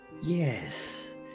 Yes